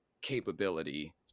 capability